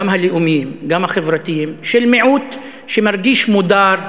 גם הלאומיים, גם החברתיים של מיעוט שמרגיש מודר,